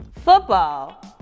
football